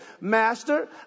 Master